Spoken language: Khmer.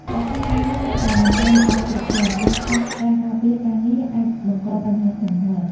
លក្ខខណ្ឌការងារនៅតែមិនទាន់ល្អគ្រប់គ្រាន់ ការខ្វះការការពារការងារអាចបង្កបញ្ហាធ្ងន់ធ្ងរ។